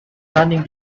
running